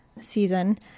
season